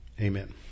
Amen